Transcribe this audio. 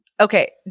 Okay